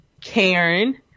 Karen